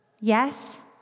Yes